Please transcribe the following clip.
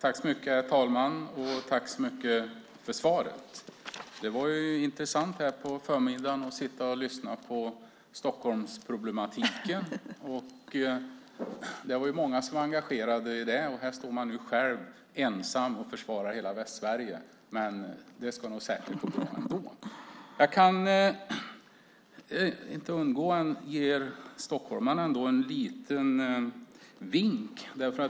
Herr talman! Jag tackar statsrådet för svaret. Det var intressant att sitta och lyssna på Stockholmsproblematiken. Det är många som är engagerade i det. Här står jag nu ensam och försvarar hela Västsverige, men det ska säkert gå bra. Jag kan inte undgå att ge stockholmarna en liten vink.